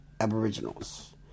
Aboriginals